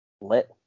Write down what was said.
Lit